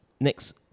next